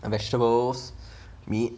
vegetables meat